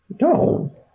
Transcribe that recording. No